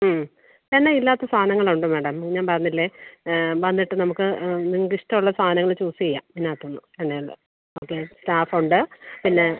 എണ്ണ ഇല്ലാത്ത സാധനങ്ങളുണ്ട് മാഡം ഞാൻ പറഞ്ഞില്ലേ വന്നിട്ട് നമുക്ക് നിങ്ങൾക്ക് ഇഷ്ട്ടമുള്ള സാധനങ്ങൾ ചൂസ് ചെയ്യാം ഇതിനകത്തുന്ന് എണ്ണയുള്ള അതെ സ്റ്റാഫൊണ്ട് പിന്നെ